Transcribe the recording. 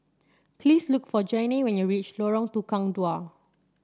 please look for Janay when you reach Lorong Tukang Dua